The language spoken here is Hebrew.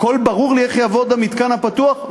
הכול ברור לי, איך יעבוד המתקן הפתוח?